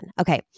Okay